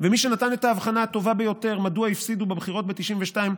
ומי שנתן את האבחנה הטובה ביותר מדוע הפסידו בבחירות ב-1992,